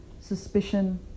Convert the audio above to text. suspicion